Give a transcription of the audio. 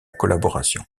collaboration